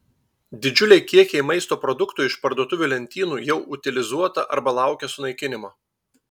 didžiuliai kiekiai maisto produktų iš parduotuvių lentynų jau utilizuota arba laukia sunaikinimo